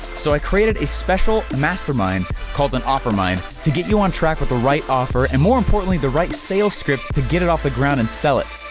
so i created a special mastermind called an offermind to get you on track with the right offer, and more importantly, the right sales script to get it off the ground, and sell it.